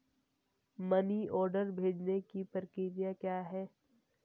Money order भेजने की प्रक्रिया क्या है?